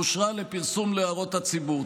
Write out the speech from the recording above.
אושרה לפרסום להערות הציבור,